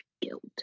guilt